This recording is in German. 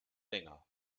länger